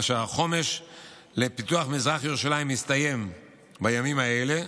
כאשר החומש לפיתוח מזרח ירושלים מסתיים בימים האלה.